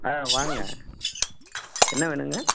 ஆ வாங்க என்ன வேணும்ங்க